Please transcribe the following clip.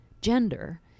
gender